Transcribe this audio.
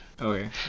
okay